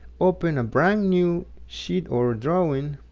open a brand new sheet or drawing,